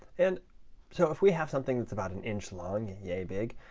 and so if we have something that's about an inch long and yea big,